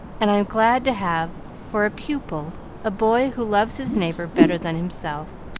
and i am glad to have for a pupil a boy who loves his neighbor better than himself.